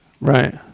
right